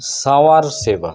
ᱥᱟᱶᱟᱨ ᱥᱮᱵᱟ